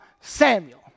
Samuel